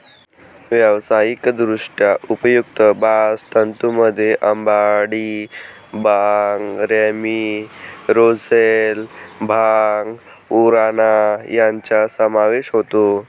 व्यावसायिकदृष्ट्या उपयुक्त बास्ट तंतूंमध्ये अंबाडी, भांग, रॅमी, रोझेल, भांग, उराणा यांचा समावेश होतो